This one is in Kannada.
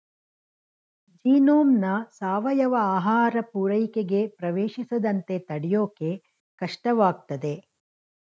ಜೀನೋಮ್ನ ಸಾವಯವ ಆಹಾರ ಪೂರೈಕೆಗೆ ಪ್ರವೇಶಿಸದಂತೆ ತಡ್ಯೋಕೆ ಕಷ್ಟವಾಗ್ತದೆ